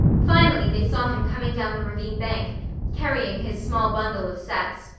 finally they saw him coming down the ravine bank, carrying his small bundle of sets.